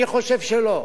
אני חושב שלא.